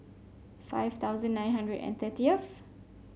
five thousand nine hundred and thirtieth